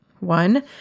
one